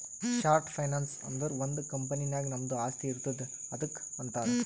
short finance ಅಂದುರ್ ಒಂದ್ company ನಾಗ್ ನಮ್ದು ಆಸ್ತಿ ಇರ್ತುದ್ ಅದುಕ್ಕ ಅಂತಾರ್